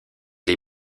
les